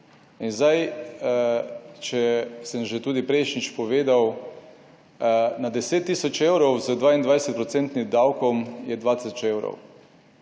In zdaj, če sem že tudi prejšnjič povedal, na 10 tisoč evrov z 22 procentnim davkom je 2 tisoč